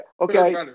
Okay